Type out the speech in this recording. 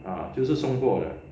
啊就是送货的